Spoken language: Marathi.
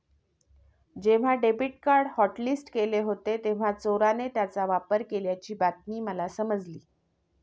जेव्हा डेबिट कार्ड हॉटलिस्ट केले होते तेव्हा चोराने त्याचा वापर केल्याची बातमी मला समजली